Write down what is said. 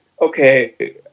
okay